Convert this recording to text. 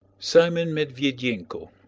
simon medviedenko,